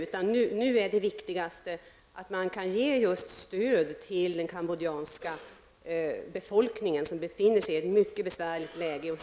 I dagsläget är det mest angelägna att ge stöd till den Cambodjanska befolkningen som befinner sig i ett mycket besvärligt läge.